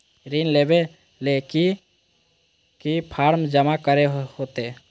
ऋण लेबे ले की की फॉर्म जमा करे होते?